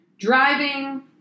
Driving